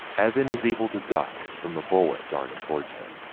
evan is able to duck from the bullet darting towards him.